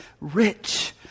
rich